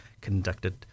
conducted